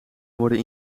worden